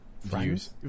views